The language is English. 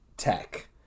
tech